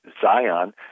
Zion